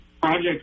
project